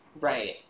right